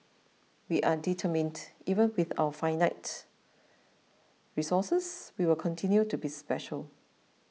we are determined even with our finite resources we will continue to be special